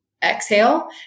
exhale